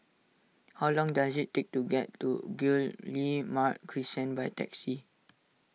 how long does it take to get to Guillemard Crescent by taxi